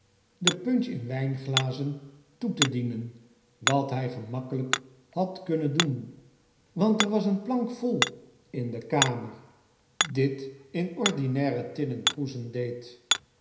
de punch in wijnglazen toe te dienen wat hij gemakkelijk had kunnen doen want er was een plank vol in de kamer dit in ordinaire tinnen kroezen deed